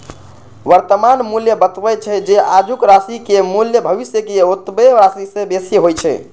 वर्तमान मूल्य बतबै छै, जे आजुक राशिक मूल्य भविष्यक ओतबे राशि सं बेसी होइ छै